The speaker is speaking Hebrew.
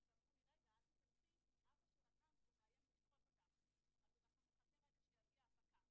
את הצעת החוק הזאת לקריאה שנייה ושלישית,